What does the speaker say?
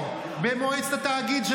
שלא נותנים לי למנות במועצת התאגיד,